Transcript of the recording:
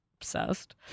Obsessed